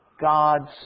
God's